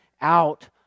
out